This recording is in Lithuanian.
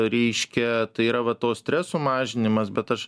reiškia tai yra va to stresų mažinimas bet aš